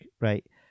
right